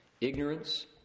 ignorance